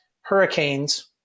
hurricanes